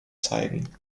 zeigen